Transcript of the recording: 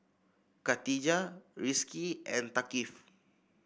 Katijah Rizqi and Thaqif